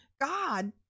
god